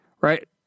Right